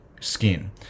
skin